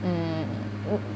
mm